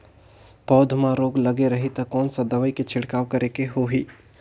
पौध मां रोग लगे रही ता कोन सा दवाई के छिड़काव करेके होही?